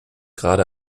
gerade